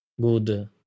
good